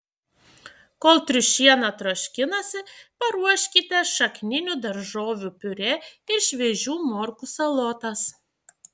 kol triušiena troškinasi paruoškite šakninių daržovių piurė ir šviežių morkų salotas